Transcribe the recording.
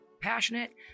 passionate